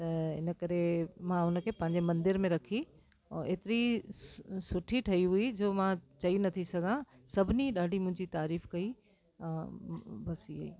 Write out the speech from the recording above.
त इन करे मां उन खे पंहिंजे मंदिर में रखी ऐं एतरी सु सुठी ठही हुई जो मां चई नथी सघा सभिनी ॾाढी मुंहिंजी तारीफ़ कई बसि इहे ई